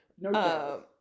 No